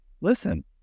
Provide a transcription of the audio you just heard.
Listen